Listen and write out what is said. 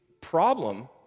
problem